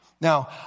Now